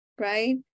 right